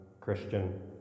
Christian